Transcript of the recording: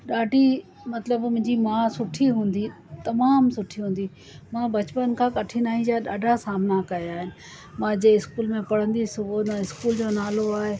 ॾाढी मतलबु मुंहिंजी माउ सुठी हूंदी तमामु सुठी हूंदी मां बचपन खां कठिनाई जा ॾाढा सामना कया आहिनि मां जंहिं इस्कूल में पढ़ंदी हुअसि हुन इस्कूल जो नालो आहे